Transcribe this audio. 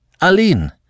Aline